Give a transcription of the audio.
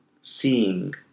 seeing